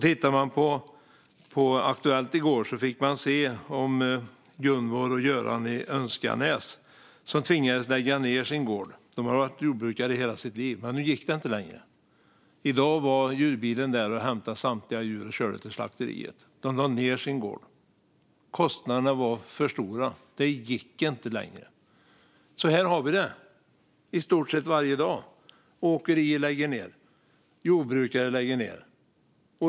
Tittade man på Aktuellt i går fick man se Gunvor och Göran i Önskanäs som tvingades lägga ned sin gård. De hade varit jordbrukare i hela sitt liv, men nu gick det inte längre. I dag var djurbilen där och hämtade samtliga djur och körde dem till slakteriet. De lade ned sin gård. Kostnaderna var för stora. Det gick inte längre. Så här har vi det i stort sett varje dag. Åkerier lägger ned. Jordbrukare lägger ned.